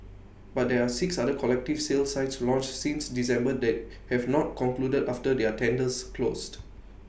but there are six other collective sale sites launched since December that have not concluded after their tenders closed